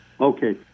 Okay